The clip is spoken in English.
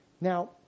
Now